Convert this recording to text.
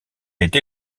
été